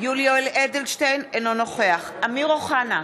יולי יואל אדלשטיין, אינו נוכח אמיר אוחנה,